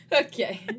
Okay